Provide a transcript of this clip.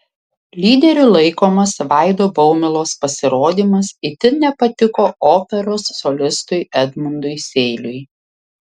lyderiu laikomas vaido baumilos pasirodymas itin nepatiko operos solistui edmundui seiliui